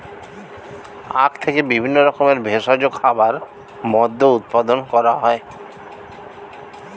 আখ থেকে বিভিন্ন রকমের ভেষজ খাবার, মদ্য উৎপাদন করা হয়